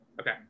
Okay